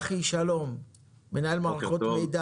האם היא לא נעשית על בסיס איזו שהיא חובה בדין,